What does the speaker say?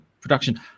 production